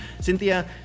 Cynthia